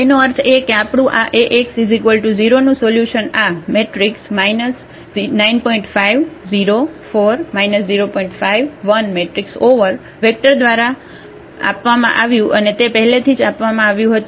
એનો અર્થ એ કે આપણું આ Ax0 નું સોલ્યુશન આ વેક્ટર દ્વારા દ્વારા આપવામાં આવ્યું અને તે પહેલેથી જ આપવામાં આવ્યું હતું